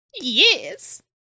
Yes